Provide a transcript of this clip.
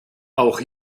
auch